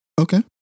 okay